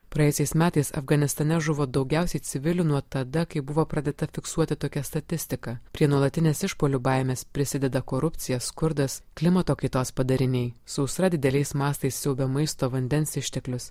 praėjusiais metais afganistane žuvo daugiausiai civilių nuo tada kai buvo pradėta fiksuoti tokia statistika prie nuolatinės išpuolių baimės prisideda korupcija skurdas klimato kaitos padariniai sausra dideliais mastais siaubia maisto vandens išteklius